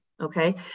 Okay